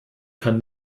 kann